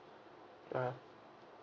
ah